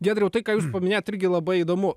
giedriau tai ką jūs paminėjot irgi labai įdomu